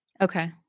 Okay